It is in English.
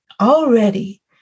already